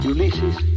Ulysses